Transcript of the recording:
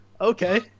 Okay